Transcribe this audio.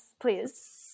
please